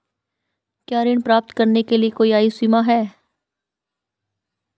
क्या ऋण प्राप्त करने के लिए कोई आयु सीमा है?